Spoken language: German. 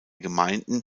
gemeinden